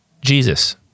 Jesus